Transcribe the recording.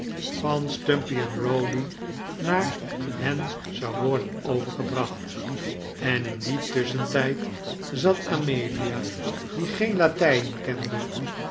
van stumpy rowdy naar ben zou worden overgebracht en in dien tusschentijd zat amelia die geen latijn kende